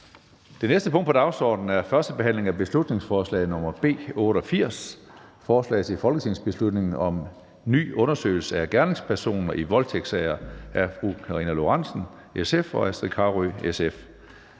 Det næste punkt på dagsordenen er: 3) 1. behandling af beslutningsforslag nr. B 88: Forslag til folketingsbeslutning om ny undersøgelse af gerningspersoner i voldtægtssager. Af Karina Lorentzen Dehnhardt (SF) og Astrid Carøe (SF).